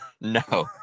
no